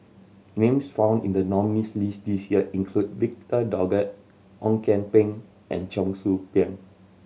names found in the nominees' list this year include Victor Doggett Ong Kian Peng and Cheong Soo Pieng